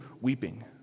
weeping